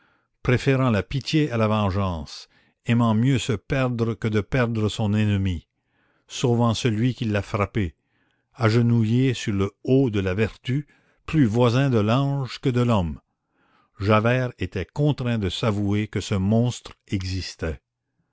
préférant la pitié à la vengeance aimant mieux se perdre que de perdre son ennemi sauvant celui qui l'a frappé agenouillé sur le haut de la vertu plus voisin de l'ange que de l'homme javert était contraint de s'avouer que ce monstre existait